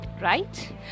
right